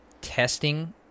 testing